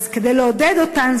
אז כדי לעודד אותן,